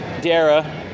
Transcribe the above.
Dara